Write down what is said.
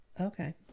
Okay